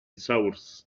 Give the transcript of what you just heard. source